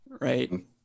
right